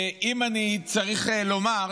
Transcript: אם אני צריך לומר,